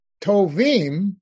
tovim